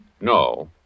No